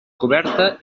coberta